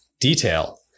detail